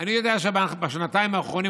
ואני יודע שבשנתיים האחרונות,